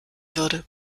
würde